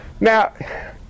Now